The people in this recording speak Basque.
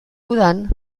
udan